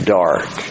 dark